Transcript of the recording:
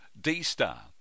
D-Star